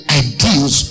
ideals